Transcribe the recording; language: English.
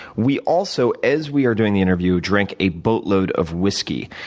we also, as we were doing the interview, drank a boatload of whisky.